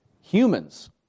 humans